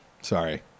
Sorry